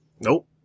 Nope